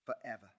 forever